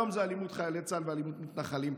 היום זו אלימות חיילי צה"ל ואלימות מתנחלים,